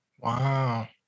Wow